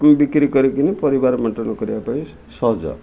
ଆମେ ବିକ୍ରି କରିକିନି ପରିବାର ମେଣ୍ଟନ କରିବା ପାଇଁ ସହଜ